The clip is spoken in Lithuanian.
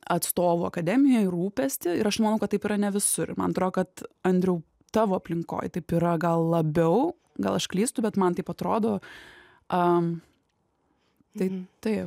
atstovų akademijoj rūpestį ir aš manau kad taip yra ne visur ir man atrodo kad andriau tavo aplinkoj taip yra gal labiau gal aš klystu bet man taip atrodo a tai taip